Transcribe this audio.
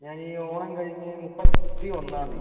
ഞാൻ ഈ ഓണം കഴിഞ്ഞ് മുപ്പത്തി ഒന്നാം തീയതി